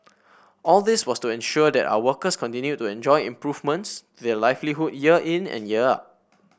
all this was to ensure that our workers continued to enjoy improvements to their livelihood year in and year out